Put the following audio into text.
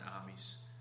armies